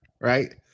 right